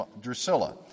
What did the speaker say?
Drusilla